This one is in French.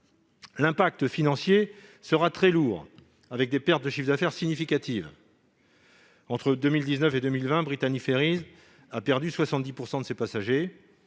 L'impact financier sera très lourd, et les pertes de chiffre d'affaires significatives. Entre 2019 et 2020, Brittany Ferries a perdu 70 % de ses passagers-